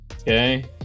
Okay